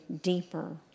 deeper